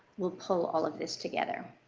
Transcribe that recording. will pull all of this together.